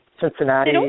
Cincinnati